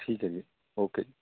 ਠੀਕ ਹੈ ਜੀ ਓਕੇ ਜੀ